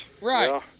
Right